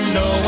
no